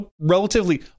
relatively